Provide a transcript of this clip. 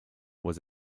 was